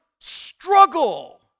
struggle